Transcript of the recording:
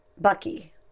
Bucky